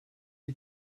die